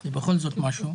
זה בכל זאת משהו.